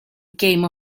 game